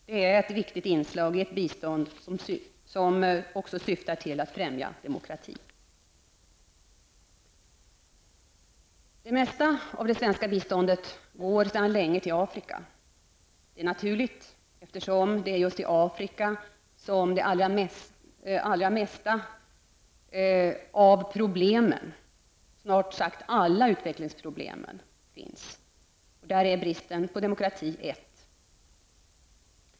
Det är ett viktigt inslag i ett bistånd som också syftar till att främja demokrati. Det mesta av det svenska biståndet går sedan länge till Afrika. Det är naturligt, eftersom det är just Afrika som lider av snart sagt alla utvecklingsproblem. Bristen på demokrati är ett.